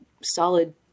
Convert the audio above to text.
solid